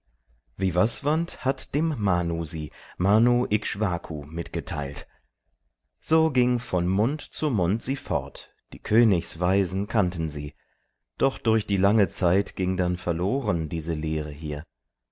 vivasvant hat dem manu sie manu ikshvku mitgeteilt so ging von mund zu mund sie fort die königsweisen kannten sie doch durch die lange zeit ging dann verloren diese lehre hier